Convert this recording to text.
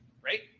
right